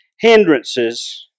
hindrances